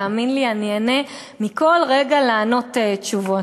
תאמין לי, אני איהנה מכל רגע לענות תשובות.